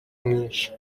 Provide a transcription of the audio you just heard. mwinshi